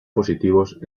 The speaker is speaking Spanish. positivos